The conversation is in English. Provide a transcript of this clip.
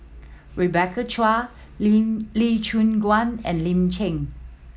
Rebecca Chua Lin Lee Choon Guan and Lin Chen